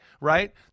right